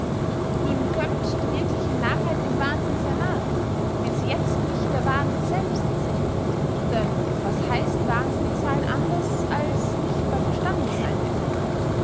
nun kömmt die wirkliche narrheit dem wahnsinn sehr nahe wenn sie je nicht der wahnsinn selbst ist denn was heißt wahnsinnig seyn anders als nicht bey verstande seyn